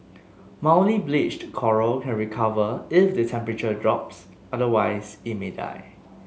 mildly bleached coral can recover if the temperature drops otherwise it may die